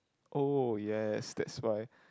oh yes that's why